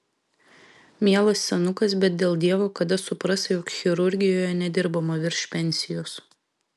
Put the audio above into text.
mielas senukas bet dėl dievo kada supras jog chirurgijoje nedirbama virš pensijos